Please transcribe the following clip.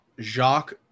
Jacques